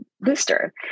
booster